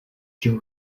čeho